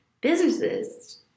Businesses